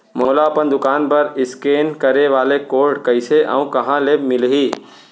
मोला अपन दुकान बर इसकेन करे वाले कोड कइसे अऊ कहाँ ले मिलही?